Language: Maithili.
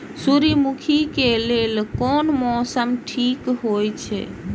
सूर्यमुखी के लेल कोन मौसम ठीक हे छे?